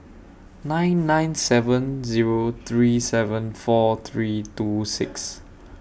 nine nine seven Zero three seven four three two six